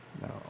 No